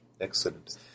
Excellent